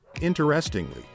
Interestingly